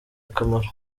akamaro